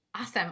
Awesome